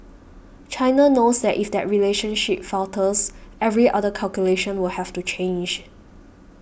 China knows that if that relationship falters every other calculation will have to change